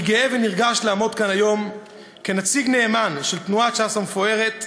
אני גאה ונרגש לעמוד כאן היום כנציג נאמן של תנועת ש"ס המפוארת,